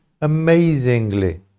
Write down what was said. amazingly